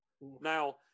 Now